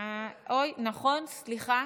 חבר הכנסת אלון שוסטר,